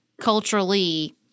culturally